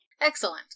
Excellent